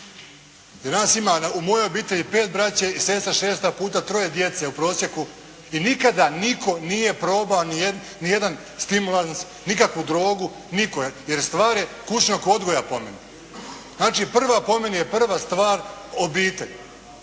I nas ima, u mojoj obitelji pet braće i sestra šesta, puta troje djece u prosjeku. I nikada, nitko nije probao ni jedan stimulans, nikakvu drogu, nikoje. Jer stvar je kućnog odgoja po meni. Znači, prva po meni je prva stvar obitelj.